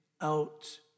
out